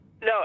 No